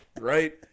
right